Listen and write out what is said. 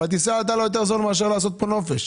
אבל הטיסה עלתה לו יותר זול מאשר לעשות פה נופש.